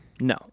No